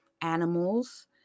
animals